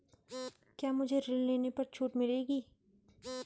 क्या मुझे ऋण लेने पर छूट मिलेगी?